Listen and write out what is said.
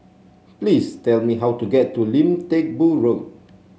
please tell me how to get to Lim Teck Boo Road